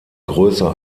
größer